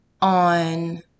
on